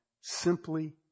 simply